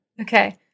Okay